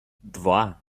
два